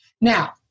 Now